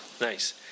Nice